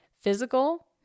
physical